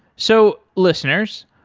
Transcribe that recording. so, listeners,